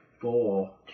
Four